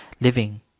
living